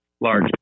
large